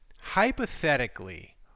hypothetically